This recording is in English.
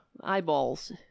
eyeballs